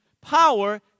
power